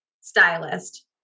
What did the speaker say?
stylist